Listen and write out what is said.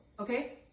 Okay